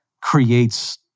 creates